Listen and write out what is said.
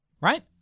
right